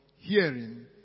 Hearing